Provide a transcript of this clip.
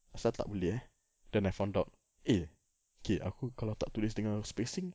apasal tak boleh eh then I found out eh okay aku kalau tak tulis dengan spacing